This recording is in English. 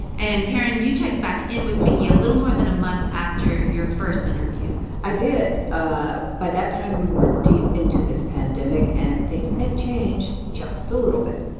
and karen, you checked back in with mikki a little more than a month after your first interview i did. ah by that time, we were deep into this pandemic, and things had changed just a little bit